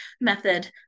method